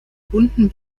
bunten